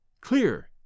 clear